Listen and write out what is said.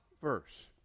verse